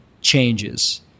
changes